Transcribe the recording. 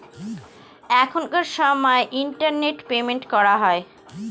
এখনকার সময় internet payment করা হয়